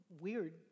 weird